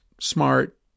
smart